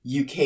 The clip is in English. UK